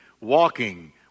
walking